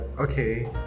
okay